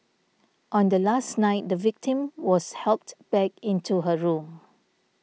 on the last night the victim was helped back into her room